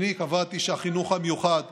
אני קבעתי, צריך אותו ליום שלם עכשיו.